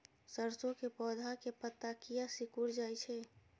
सरसों के पौधा के पत्ता किया सिकुड़ जाय छे?